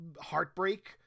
heartbreak